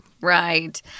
Right